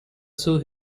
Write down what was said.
sue